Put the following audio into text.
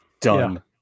done